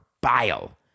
bile